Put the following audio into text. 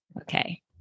Okay